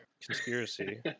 Conspiracy